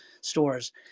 stores